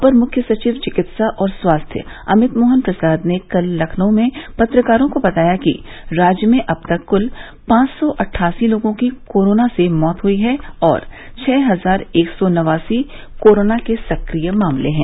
अपर मुख्य सचिव चिकित्सा और स्वास्थ्य अमित मोहन प्रसाद ने कल लखनऊ में पत्रकारों को बाताया कि राज्य में अब तक क्ल पांच सौ अट्ठासी लोगों की कोरोना से मौत हुई है और छः हजार एक सौ नवासी कोरोना के सक्रिय मामले है